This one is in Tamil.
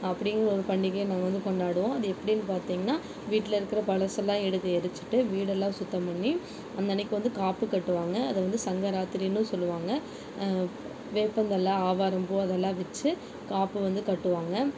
அப்படிங்கிற ஒரு பண்டிகையை நாங்கள் வந்து கொண்டாடுவோம் அது எப்படின்னு பாத்திங்கன்னா வீட்டில் இருக்கிற பழசலாம் எடுத்து எரிச்சிவிட்டு வீடைலாம் சுத்தம் பண்ணி அந்தன்னைக்கு வந்து காப்பு கட்டுவாங்க அதை வந்து சங்க ராத்திரின்னு சொல்லுவாங்க வேப்பந்தழை ஆவாரம்பூ அதெலாம் வச்சு காப்பு வந்து கட்டுவாங்க